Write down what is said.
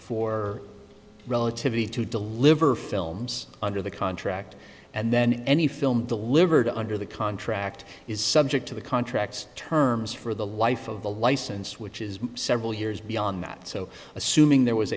for relativity to deliver films under the contract and then any film delivered under the contract is subject to the contracts terms for the life of the license which is several years beyond that so assuming there was